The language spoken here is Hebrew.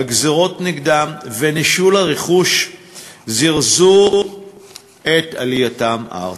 הגזירות נגדם והנישול מהרכוש זירזו את עלייתם ארצה.